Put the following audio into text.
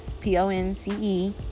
P-O-N-C-E